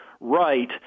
right